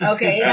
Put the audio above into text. Okay